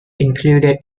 included